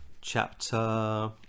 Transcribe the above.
chapter